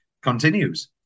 continues